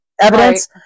evidence